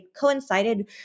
coincided